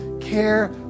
care